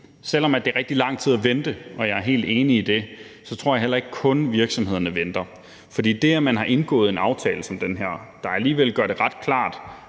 selv om det er rigtig lang tid at vente – det er jeg helt enig i – tror jeg heller ikke, at virksomhederne kun venter. For det, at man har indgået en aftale som den her, der alligevel gør det ret klart,